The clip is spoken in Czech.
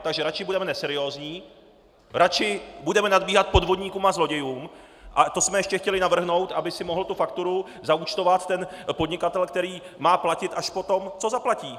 Takže radši budeme neseriózní, radši budeme nadbíhat podvodníkům a zlodějům, a to jsme ještě chtěli navrhnout, aby si mohl tu fakturu zaúčtovat ten podnikatel, který má platit až potom, co zaplatí.